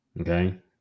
okay